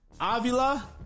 Avila